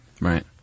Right